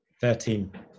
Thirteen